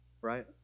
right